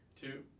two